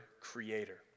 Creator